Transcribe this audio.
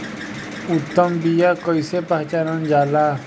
उत्तम बीया कईसे पहचानल जाला?